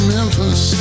Memphis